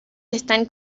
estas